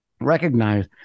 recognize